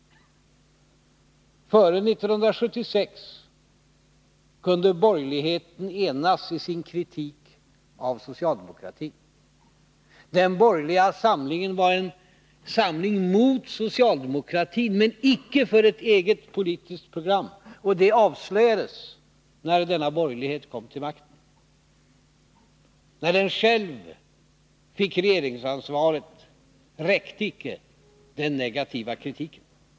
Före 1976 kunde borgerligheten enas i sin kritik av socialdemokratin. Den borgerliga samlingen var en samling mot socialdemokratin men icke för ett eget politiskt program, och det avslöjades när denna borgerlighet kom till makten. När den själv fick regeringsansvaret räckte det inte med den negativa kritiken.